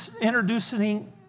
introducing